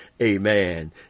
Amen